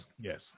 yes